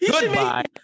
Goodbye